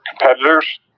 competitors